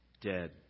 dead